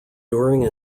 during